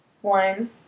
One